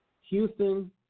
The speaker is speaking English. Houston